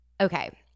Okay